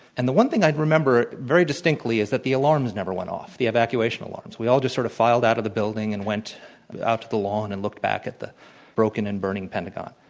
and the one thing i remember very distinctly is that the alarms never went off, the evacuation alarms. we all just sort of filed out of the building and went on out to the lawn and looked back at the broken and burning pentagon.